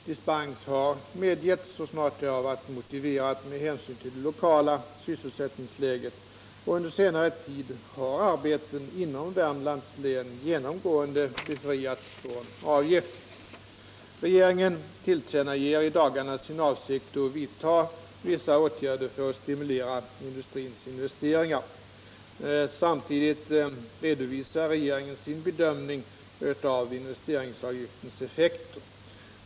Dispens har medgivits så snart det har varit motiverat med hänsyn till det lokala sysselsättningsläget. Under senare tid har arbeten inom Värmlands län genomgående befriats från avgift. Regeringen tillkännager i dagarna sin avsikt att vidta vissa åtgärder för att stimulera industrins investeringar. Samtidigt redovisar regeringen sin bedömning av investeringsavgiftens effekter.